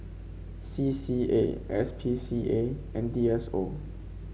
C C A S P C A and D S O